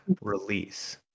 release